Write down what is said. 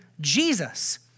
Jesus